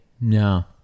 no